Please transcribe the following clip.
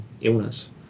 illness